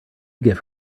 give